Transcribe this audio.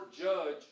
judge